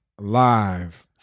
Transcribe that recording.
live